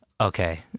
okay